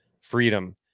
freedom